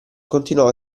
continuava